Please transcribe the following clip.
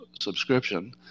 subscription